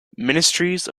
ministries